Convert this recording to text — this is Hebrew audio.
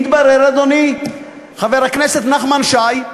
התברר, אדוני חבר הכנסת נחמן שי,